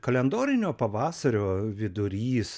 kalendorinio pavasario vidurys